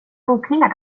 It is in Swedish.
bokningar